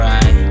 Right